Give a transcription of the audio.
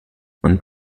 und